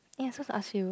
yeah I supposed to ask you